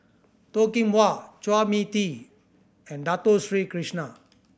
Toh Kim Hwa Chua Mia Tee and Dato Sri Krishna